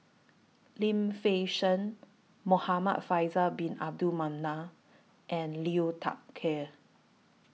Lim Fei Shen Muhamad Faisal Bin Abdul Manap and Liu Thai Ker